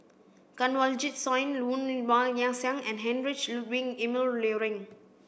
Kanwaljit Soin Woon Wah Siang and Heinrich Ludwig Emil Luering